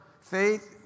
Faith